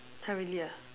!huh! really ah